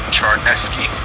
Charneski